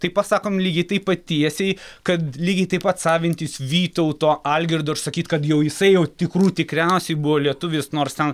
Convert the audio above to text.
tai pasakom lygiai taip pat tiesiai kad lygiai taip pat savintis vytauto algirdo ir sakyt kad jau jisai jau tikrų tikriausiai buvo lietuvis nors ten